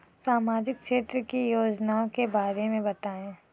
सामाजिक क्षेत्र की योजनाओं के बारे में बताएँ?